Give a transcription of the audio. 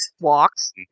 Walks